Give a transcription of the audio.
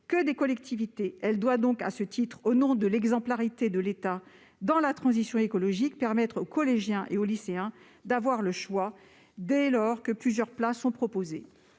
celle des collectivités. Ainsi, au nom de l'exemplarité de l'État dans la transition écologique, il faut permettre aux collégiens et aux lycéens d'avoir le choix, dès lors que plusieurs plats sont proposés.